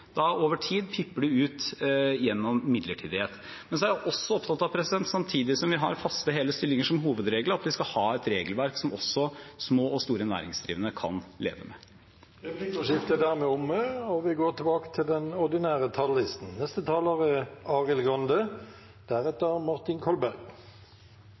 ut gjennom midlertidighet. Så er jeg også opptatt av at samtidig som vi har faste, hele stillinger som hovedregel, skal vi ha et regelverk som små og store næringsdrivende kan leve med. Replikkordskiftet er dermed omme.